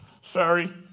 Sorry